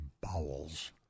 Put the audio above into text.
bowels